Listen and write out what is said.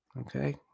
Okay